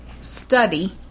study